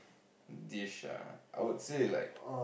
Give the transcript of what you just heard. dish ah I would say like